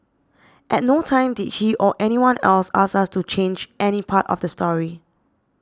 at no time did he or anyone else ask us to change any part of the story